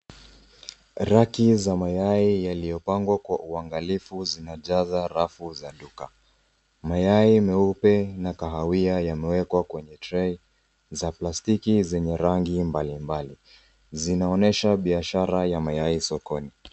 Raki za mayai yaliyopangwa kwa uangalifu zimejaza rafu za duka. Mayai meupe na kahawia yamewekwa kwenye trei za plastiki zenye rangi mbalimbali. Zinaonyesha biashara ya mayai sokoni.